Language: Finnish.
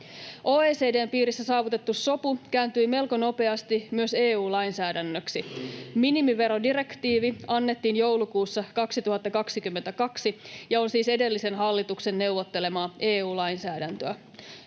OECD:n piirissä saavutettu sopu kääntyi melko nopeasti myös EU-lainsäädännöksi. Minimiverodirektiivi annettiin joulukuussa 2022 ja on siis edellisen hallituksen neuvottelemaa EU-lainsäädäntöä.